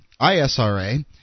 ISRA